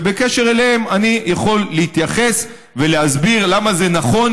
ובקשר אליהם אני יכול להתייחס ולהסביר למה זה נכון